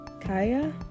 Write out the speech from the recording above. kaya